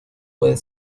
pueden